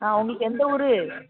ஆ உங்களுக்கு எந்த ஊர்